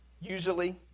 usually